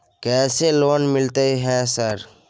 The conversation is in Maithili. कैसे लोन मिलते है सर?